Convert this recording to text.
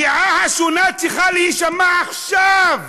הדעה השונה צריכה להישמע עכשיו.